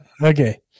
Okay